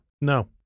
No